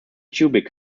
cubic